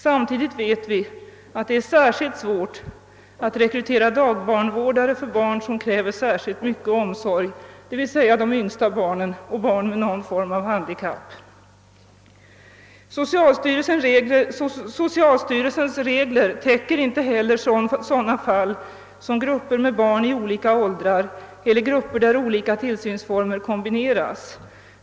Samtidigt vet vi, att det är särskilt svårt att rekrytera dagbarnvårdare för barn, som kräver särskilt mycket omsorg, d.v.s. de yngsta barnen och barn med någon form av handikapp. Socialstyrelsens regler täcker inte heller fall med grupper av barn i olika åldrar eller grupper där olika tillsynsformer kombineras.